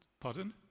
Pardon